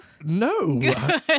No